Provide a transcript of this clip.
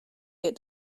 get